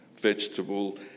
vegetable